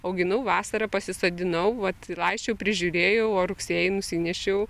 auginau vasarą pasisodinau vat laisčiau prižiūrėjau o rugsėjį nusinešiau